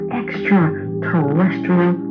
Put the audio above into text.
extraterrestrial